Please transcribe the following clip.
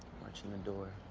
watchin' the door.